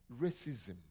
Racism